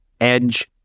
Edge